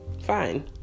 fine